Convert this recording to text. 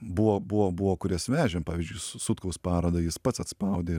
buvo buvo buvo kurias vežėm pavyzdžiui su sutkaus parodą jis pats atspaudė